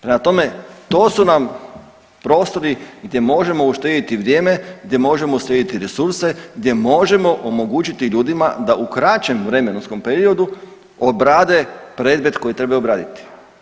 Prema tome, to su nam prostori gdje možemo uštedjeti vrijeme, gdje možemo uštedjeti resurse, gdje možemo omogućiti ljudima da u kraćem vremenskom periodu obrade predmet koji trebaju obraditi.